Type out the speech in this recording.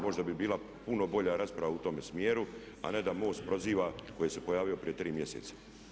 Možda bi bila puno bolja rasprava u tom smjeru, a ne da MOST proziva koji se pojavio prije 3 mjeseca.